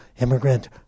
immigrant